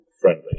friendly